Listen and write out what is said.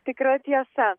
tikra tiesa